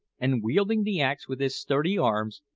and wielding the axe with his sturdy arms,